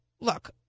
look